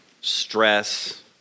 stress